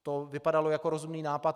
To vypadalo jako rozumný nápad.